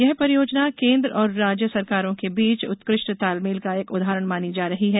यह परियोजना केंद्र और राज्य सरकारों के बीच उत्कृष्ट तालमेल का एक उदाहरण मानी जा रही है